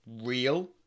real